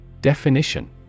Definition